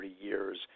years